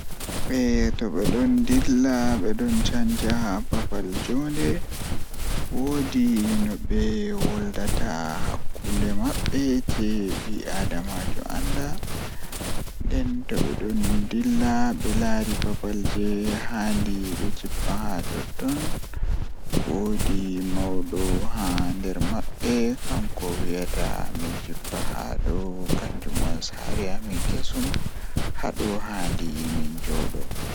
Toɓe ɗon dilla ɓe ɗon chanje haa babal joonde wodi no ɓe woldata hakunde maɓɓe je ɓi aadamajo an da nden toɓe ɗon dilla ɓe lari babal je handi ɓe jippa ha tonton wodi mauɗo ha nderi mabbe kan ko wiyeta min jippa haɗo kan jum won saare amin kyesum haɗo handi min joɗo.